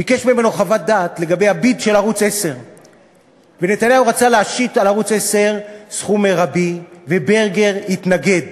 ביקש ממנו חוות דעת לגבי ה"ביד" של ערוץ 10. ונתניהו רצה להשית על ערוץ 10 סכום מרבי וברגר התנגד